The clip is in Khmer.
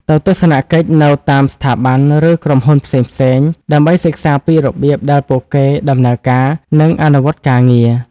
ទៅទស្សនកិច្ចនៅតាមស្ថាប័ន ឬក្រុមហ៊ុនផ្សេងៗ ដើម្បីសិក្សាពីរបៀបដែលពួកគេដំណើរការ និងអនុវត្តការងារ។